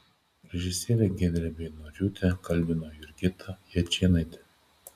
režisierę giedrę beinoriūtę kalbino jurgita jačėnaitė